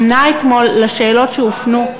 ענה אתמול על שאלות שהופנו,